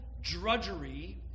drudgery